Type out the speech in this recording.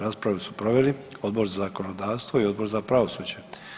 Raspravu su proveli: Odbor za zakonodavstvo i Odbor za pravosuđe.